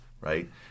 Right